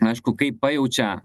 aišku kai pajaučia